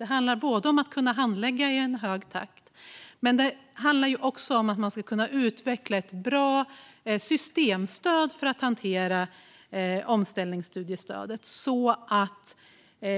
Det handlar om att handlägga i hög takt men också om att utveckla ett bra systemstöd för att hantera omställningsstudiestödet så att